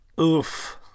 Oof